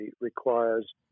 requires